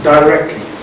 Directly